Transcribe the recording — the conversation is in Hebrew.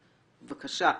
בבקשה,